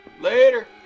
later